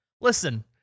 Listen